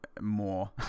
more